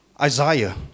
Isaiah